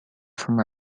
from